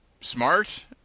smart